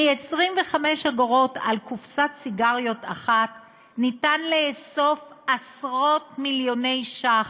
מ-25 אגורות על קופסת סיגריות אחת ניתן לאסוף עשרות-מיליוני שקלים,